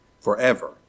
forever